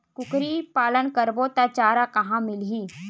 कुकरी पालन करबो त चारा कहां मिलही?